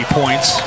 points